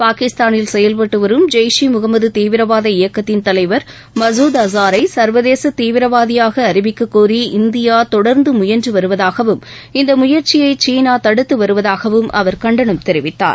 பாகிஸ்தானில் செயல்பட்டு வரும் ஜெய்ஷே முகமது தீவிரவாத இயக்கத்தின் தலைவர் மசூத் அசாரை சா்வதேச தீவிரவாதியாக அறிவிக்கக் கோரி இந்தியா தொடர்ந்து முயன்று வருவதாகவும் இந்த முயற்சியை சீனா தடுத்து வருவதாகவும் அவர் கண்டனம் தெரிவித்தார்